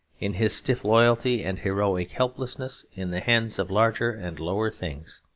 in his stiff loyalty and heroic helplessness in the hands of larger and lower things.